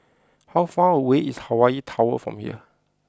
how far away is Hawaii Tower from here